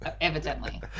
Evidently